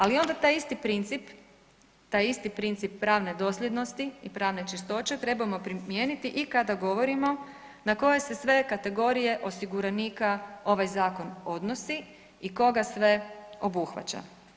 Ali onda taj isti princip pravne dosljednosti i pravne čistoće trebamo primijeniti i kada govorimo na koje se sve kategorije osiguranika ovaj zakon odnosi i koga sve obuhvaća.